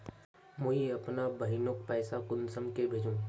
मुई अपना बहिनोक पैसा कुंसम के भेजुम?